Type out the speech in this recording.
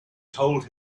told